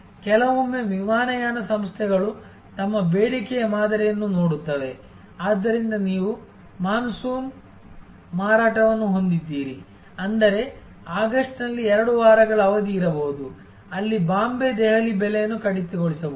ಕೆಲವೊಮ್ಮೆ ವಿಮಾನಯಾನ ಸಂಸ್ಥೆಗಳು ತಮ್ಮ ಬೇಡಿಕೆಯ ಮಾದರಿಯನ್ನು ನೋಡುತ್ತವೆ ಆದ್ದರಿಂದ ನೀವು ಮಾನ್ಸೂನ್ ಮಾರಾಟವನ್ನು ಹೊಂದಿದ್ದೀರಿ ಅಂದರೆ ಆಗಸ್ಟ್ನಲ್ಲಿ ಎರಡು ವಾರಗಳ ಅವಧಿ ಇರಬಹುದು ಅಲ್ಲಿ ಬಾಂಬೆ ದೆಹಲಿ ಬೆಲೆಯನ್ನು ಕಡಿತಗೊಳಿಸಬಹುದು